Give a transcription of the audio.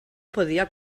podia